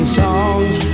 songs